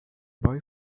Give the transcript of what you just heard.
boy